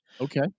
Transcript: Okay